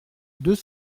deux